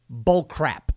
bullcrap